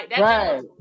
Right